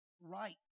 right